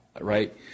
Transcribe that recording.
right